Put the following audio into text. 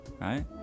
Right